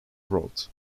wrote